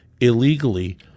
illegally